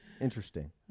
Interesting